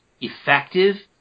effective